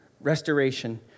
restoration